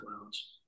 clouds